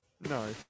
no